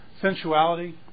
sensuality